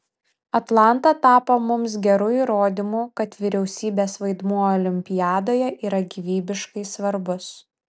atlanta tapo mums geru įrodymu kad vyriausybės vaidmuo olimpiadoje yra gyvybiškai svarbus